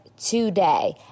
today